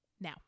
Now